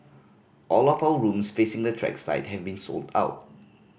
all of our rooms facing the track side have been sold out